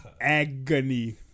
Agony